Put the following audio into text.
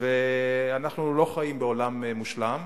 ואנחנו לא חיים בעולם מושלם.